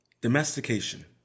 Domestication